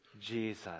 Jesus